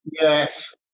Yes